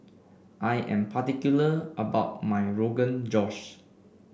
I am particular about my Rogan Josh